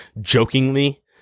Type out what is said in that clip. jokingly